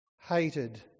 hated